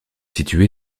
situé